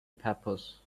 peppers